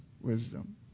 wisdom